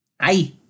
Hi